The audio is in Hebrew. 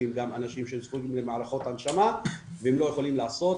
גם אנשים שזקוקים למערכות הנשמה והם לא יכולים לעשות.